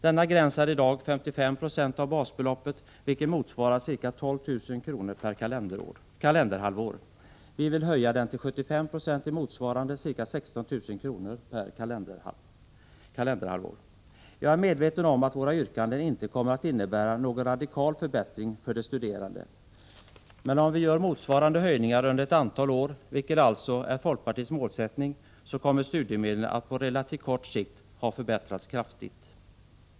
Denna gräns är i dag 55 96 av basbeloppet, vilket motsvarar ca 12 000 kr. per kalenderhalvår. Vi vill höja den till 75 26 motsvarande ca 16 000 kr. per kalenderhalvår. Jag är medveten om att våra yrkanden inte kommer att innebära någon radikal förbättring för de studerande. Men om vi gör motsvarande höjningar under ett antal år, vilket alltså är folkpartiets målsättning, så kommer studiemedlen att på relativt kort sikt ha förbättrats kraftigt.